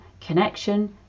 connection